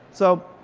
so,